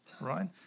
right